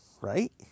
right